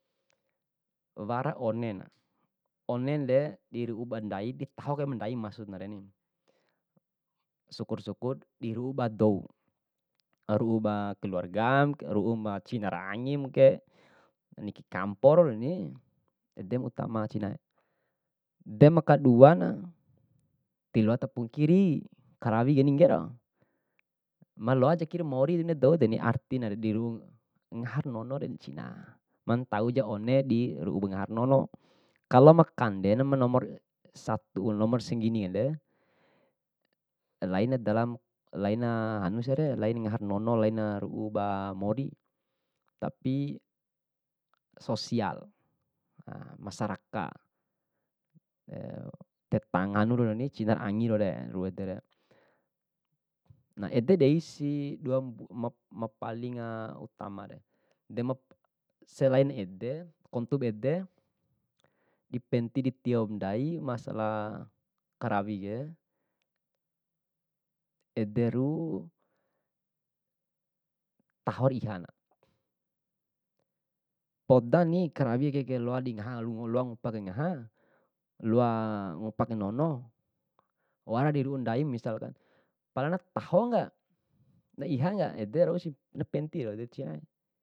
Wara onen, onende di ru'u ba ndai ditaho kai bandai maksudnareni, syukur syukur di ru'u ba dou. Ru'u ba keluargamu, ru'u cina ra angimuke, niki kamporeni ede ma utama cina. De maka duana tiloata kampukiri karawi maloaja rejeki mori bune doudeni artinare ru'u ngahara nonore cina, mantau jara one diru'u ngahara nonomu. Klo makande manomor satu momor sanggini edere, laina dalam, laina hanusiare laina ngahara nono laina ru'u ba mori tapi sosial masyaraka, (tetang hanu rauni cinara angi raure ru'u edere. Na ede deisi duap ma- ma palinga utamare, de ma selain ede kontu ba ede, dipenti ditiop ndai, masala karawike ederu tahor ihana, podani karawike loa dingaha, dingupa kai ngaha loa ngupa kai nono, wara di ru'u ndaim misalkan, pala taho ngak na iha ngak, ede rausi na penti rau cea.